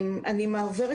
אני עוברת